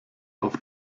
auf